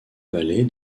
vallée